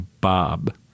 Bob